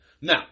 Now